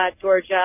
Georgia